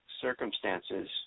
circumstances